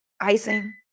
icing